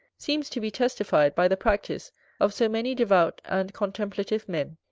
seems to be testified by the practice of so many devout and contemplative men,